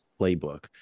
playbook